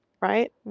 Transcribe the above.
right